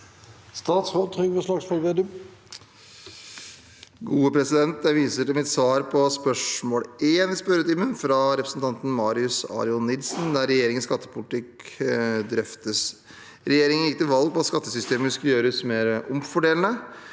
Statsråd Trygve Slagsvold Vedum Jeg viser til mitt svar på spørsmål 1 i spørretimen fra representanten Marius Arion Nilsen, der regjeringens skattepolitikk drøftes. Regjeringen gikk til valg på at skattesystemet skulle gjøres mer omfordelende.